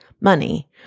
money